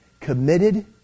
committed